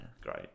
great